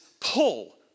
pull